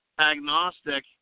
agnostic